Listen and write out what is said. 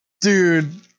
Dude